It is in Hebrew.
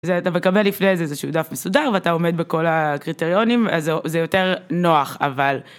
אתה מקבל לפני איזה שהוא דף מסודר ואתה עומד בכל הקריטריונים אז זה יותר נוח אבל.